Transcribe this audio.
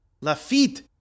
Lafitte